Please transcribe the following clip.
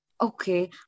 Okay